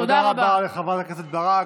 תודה רבה לחברת הכנסת ברק.